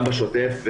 גם בשוטף,